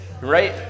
right